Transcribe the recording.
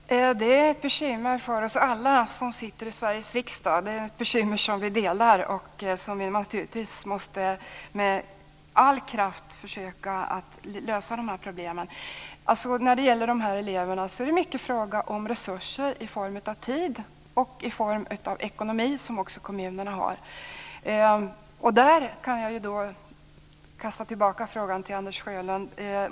Herr talman! Det är ett bekymmer för oss alla som sitter i Sveriges riksdag. Det är ett bekymmer som vi delar och som vi naturligtvis med all kraft måste försöka att lösa. När det gäller dessa elever är det mycket en fråga om resurser i form av tid och ekonomi i kommunerna. Där kan jag kasta tillbaka frågan till Anders Sjölund.